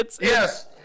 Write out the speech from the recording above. Yes